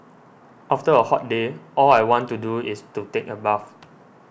after a hot day all I want to do is to take a bath